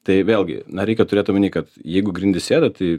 tai vėlgi na reikia turėt omeny kad jeigu grindys sėda tai